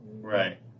Right